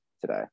today